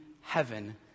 heaven